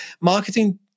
marketing